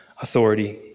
authority